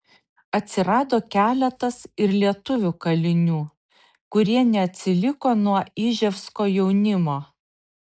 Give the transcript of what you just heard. atsirado keletas ir lietuvių kalinių kurie neatsiliko nuo iževsko jaunimo